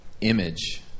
image